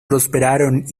prosperaron